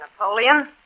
Napoleon